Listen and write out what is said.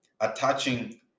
attaching